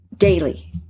daily